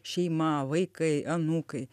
šeima vaikai anūkai